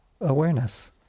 awareness